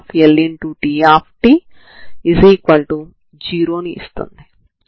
ఇప్పుడు u2 మరియు లలో ఫంక్షన్ అవుతుంది u2tξ అంటే ఏమిటి